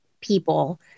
people